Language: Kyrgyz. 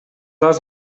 газ